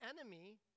enemy